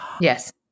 Yes